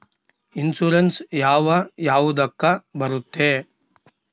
Insurance ಯಾವ ಯಾವುದಕ್ಕ ಬರುತ್ತೆ?